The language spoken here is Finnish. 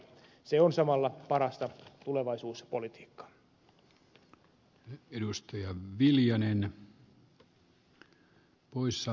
se on samalla parasta tulevaisuuspolitiikkaa